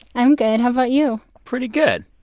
i'm good. how about you? pretty good.